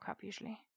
usually